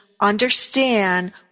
understand